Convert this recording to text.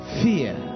fear